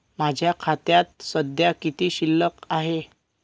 माझ्या खात्यात सध्या किती शिल्लक आहे?